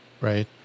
right